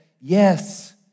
yes